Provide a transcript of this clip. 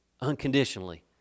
unconditionally